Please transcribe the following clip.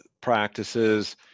practices